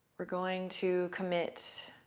we're going to commit